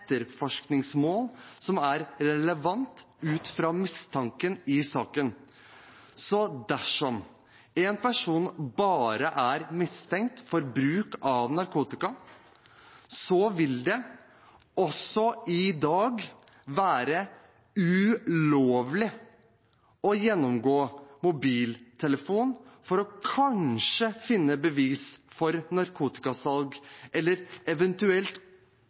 som er relevant ut fra mistanken i saken. Så dersom en person bare er mistenkt for bruk av narkotika, så vil det også i dag være ulovlig å gjennomgå mobiltelefonen for å kanskje finne bevis for narkotikasalg eller eventuelt